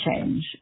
change